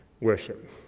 worship